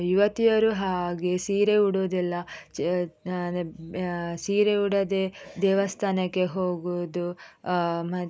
ಯುವತಿಯರು ಹಾಗೇ ಸೀರೆ ಉಡುವುದಿಲ್ಲ ಚ ಸೀರೆ ಉಡದೇ ದೇವಸ್ಥಾನಕ್ಕೆ ಹೋಗುವುದು ಮತ್ತು